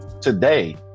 today